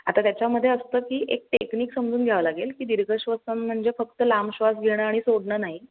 आता त्याच्यामध्ये असतं की एक टेक्निक समजून घ्यावं लागेल की दीर्घ श्वसन म्हणजे फक्त लांब श्वास घेणं आणि सोडणं नाही